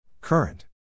Current